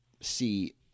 see